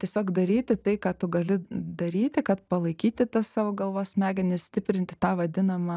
tiesiog daryti tai ką tu gali daryti kad palaikyti tas savo galvos smegenis stiprinti tą vadinamą